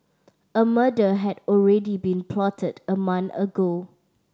a murder had already been plotted a month ago